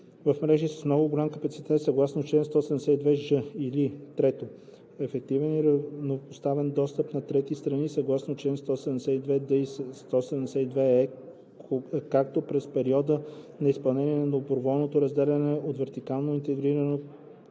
в мрежи с много голям капацитет съгласно чл. 172ж, или 3. ефективен и равнопоставен достъп на трети страни съгласно чл. 172д и 172е, както през периода на изпълнение на доброволното разделяне от вертикално интегрирано